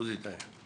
עוזי דיין.